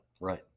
right